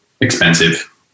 expensive